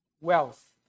wealth